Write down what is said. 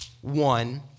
one